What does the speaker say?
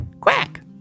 quack